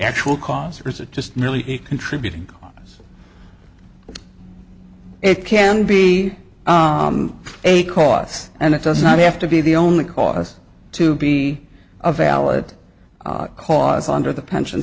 actual cause or is it just merely contributing it can be a cost and it does not have to be the only cause to be a valid cause under the pension